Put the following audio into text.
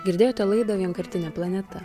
girdėjote laidą vienkartinė planeta